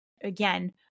again